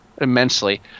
immensely